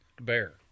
bear